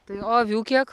tai o avių kiek